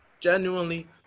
genuinely